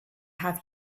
have